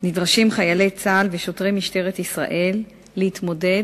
נדרשים חיילי צה"ל ושוטרי משטרת ישראל להתמודד